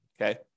Okay